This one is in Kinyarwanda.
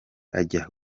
ajya